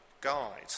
guide